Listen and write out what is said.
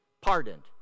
Pardoned